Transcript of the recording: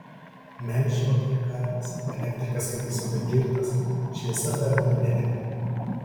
melžiu vakare karves elektrikas kaip visada girtas šviesa fermoje nedega